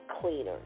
cleaners